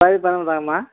பாதி பணம் கொண்டாங்கம்மா